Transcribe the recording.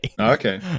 Okay